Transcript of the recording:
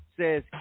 says